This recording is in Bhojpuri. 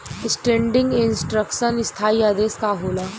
स्टेंडिंग इंस्ट्रक्शन स्थाई आदेश का होला?